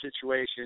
situation